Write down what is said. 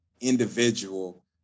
individual